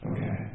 Okay